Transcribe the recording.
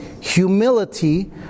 humility